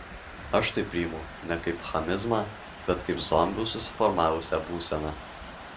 aš tai priimu ne kaip chamizmą bet kaip zombių susiformavusią būseną